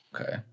Okay